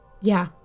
Yeah